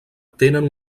tenen